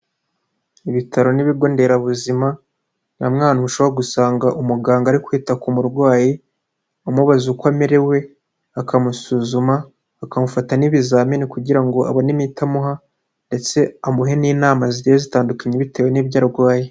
Ibitaro n'ibigonderabuzima, ni hamwe hantu ushobora gusanga umuganga ari kwita ku murwayi, amubaza uko amerewe, akamusuzuma, akamufata n'ibizamini kugira ngo abone imiti amuha, ndetse amuhe n'inama zigiye zitandukanye bitewe n'ibyo arwaye.